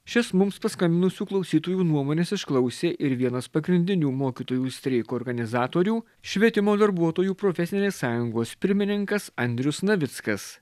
šias mums paskambinusių klausytojų nuomones išklausė ir vienas pagrindinių mokytojų streiko organizatorių švietimo darbuotojų profesinės sąjungos pirmininkas andrius navickas